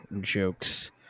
jokes